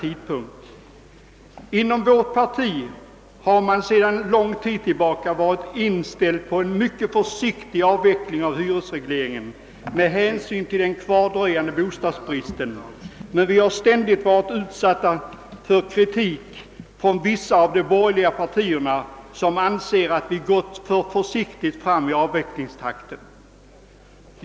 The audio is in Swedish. Inom vårt parti har vi sedan lång tid tillbaka varit inställda på en mycket försiktig avveckling av hyresregleringen med hänsyn till den kvardröjande bostadsbristen, men vi har ständigt varit utsatta för kritik från vissa av de borgerliga partierna, som anser att vi har gått för försiktigt fram i fråga om avvecklingstakten.